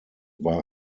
war